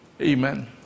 Amen